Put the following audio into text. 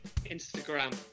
Instagram